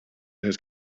has